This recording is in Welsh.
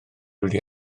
wedi